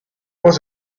was